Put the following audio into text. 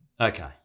Okay